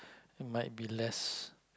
it might be less